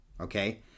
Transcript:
Okay